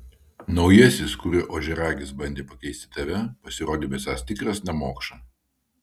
naujasis kuriuo ožiaragis bandė pakeisti tave pasirodė besąs tikras nemokša